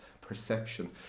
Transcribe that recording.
perception